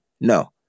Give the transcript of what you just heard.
No